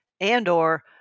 And/or